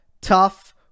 tough